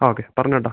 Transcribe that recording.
okay പറഞ്ഞോ ഏട്ടാ